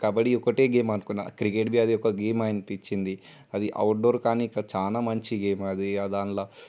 కబడ్డీ ఒకటే గేమ్ అనుకున్నాను క్రికెట్ అది ఒక గేమ్ అనిపించింది అది అవుట్డోర్ కానీ చాలా మంచి గేమ్ అది దానిలో